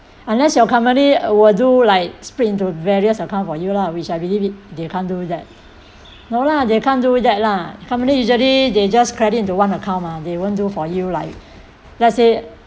unless your company will do like split into various account for you lah which I believe it they can't do that no lah they can't do that lah company usually they just credit into one account mah they won't do for you like let's say